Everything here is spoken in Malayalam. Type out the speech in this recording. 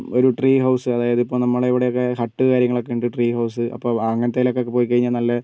ഒരു ട്രീ ഹൗസ് അതായതിപ്പോൾ നമ്മുടെ ഇവിടെയൊക്കെ ഹട്ട് കാര്യങ്ങളൊക്കെ ഉണ്ട് ട്രീ ഹൗസ് അപ്പോൾ അങ്ങനത്തേതിലൊക്കെ പോയിക്കഴിഞ്ഞാൽ നല്ല